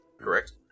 Correct